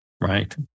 right